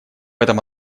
этом